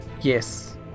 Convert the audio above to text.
yes